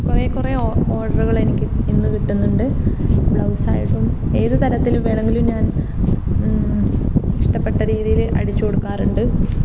കുറെ കുറെ ഓർഡറുകൾ എനിക്ക് ഇന്ന് കിട്ടുന്നുണ്ട് ബ്ലൗസായിട്ടും ഏത് തരത്തിൽ വേണമെങ്കിലും ഞാൻ ഇഷ്ടപ്പെട്ട രീതിയിൽ അടിച്ചു കൊടുക്കാറുണ്ട്